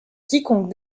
quiconque